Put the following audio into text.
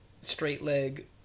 straight-leg